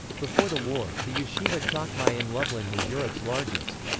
before the war, the yeshiva chachmei in lublin was europe's largest.